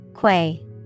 Quay